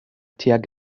tuag